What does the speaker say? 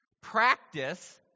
practice